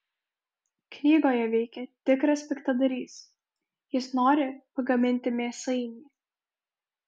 knygoje veikia tikras piktadarys jis nori pagaminti mėsainį